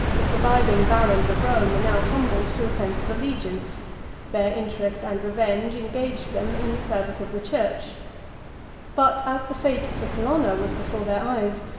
the surviving barons of rome were now humbled to a sense of allegiance their interest and revenge engaged them in the service of the church but as the fate of the colonna was before their eyes,